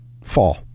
fall